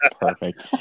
perfect